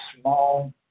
small